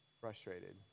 frustrated